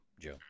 Joe